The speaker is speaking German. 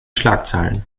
schlagzeilen